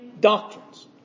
doctrines